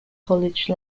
college